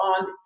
on